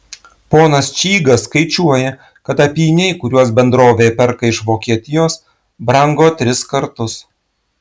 ponas čygas skaičiuoja kad apyniai kuriuos bendrovė perka iš vokietijos brango tris kartus